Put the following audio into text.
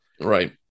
right